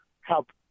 help